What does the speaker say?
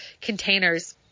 containers